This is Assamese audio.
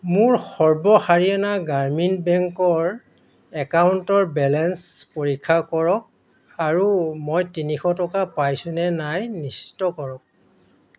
মোৰ সৰ্ব হাৰিয়ানা গ্ৰামীণ বেংকৰ একাউণ্টৰ বেলেঞ্চ পৰীক্ষা কৰক আৰু মই তিনিশ টকা পাইছোঁ নে নাই নিশ্চিত কৰক